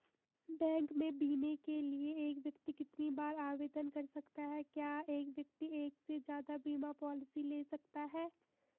Bank में बीमे के लिए एक व्यक्ति कितनी बार आवेदन कर सकता है क्या एक व्यक्ति एक से ज़्यादा बीमा पॉलिसी ले सकता है?